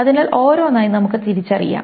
അതിനാൽ ഒരോന്നായി നമുക്ക് തിരിച്ചറിയാം